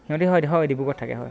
সিহঁতি হয় ডিব্ৰুগড়ত থাকে হয়